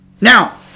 Now